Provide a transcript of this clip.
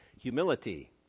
Humility